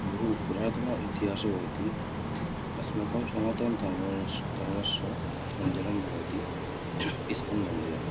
बहुपुरातनः इतिहासः भवति अस्माकं सनातनधर्मस्य धर्मस्य मन्दिरं भवति इस्कान् मन्दिरम्